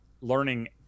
learning